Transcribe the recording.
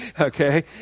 Okay